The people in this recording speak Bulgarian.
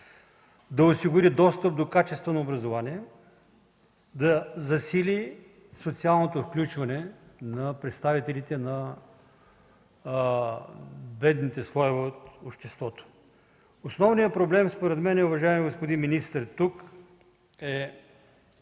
да осигури достъп до качествено образование и да засили социалното включване на представителите на бедните слоеве в обществото. Основният проблем тук, уважаеми господин министър, според